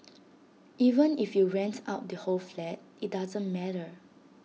even if you rent out the whole flat IT doesn't matter